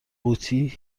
قوطی